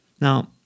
Now